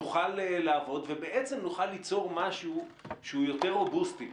תוכל לעבוד ובעצם נוכל ליצור משהו שהוא יותר רובוסטי,